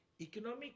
economic